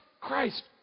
Christ